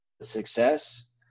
success